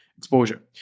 exposure